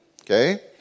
Okay